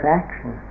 action